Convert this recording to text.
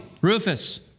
Rufus